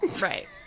Right